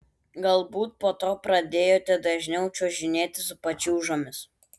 galbūt po to pradėjote dažniau čiuožinėti su pačiūžomis